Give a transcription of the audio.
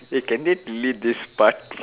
eh can they delete this part